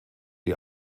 die